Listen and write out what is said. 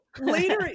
later